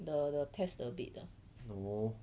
no